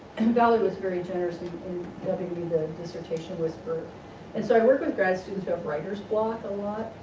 and valerie was very generous in dubbing me the dissertation whisperer and so i work with grad students who have writer's block a lot,